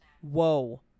whoa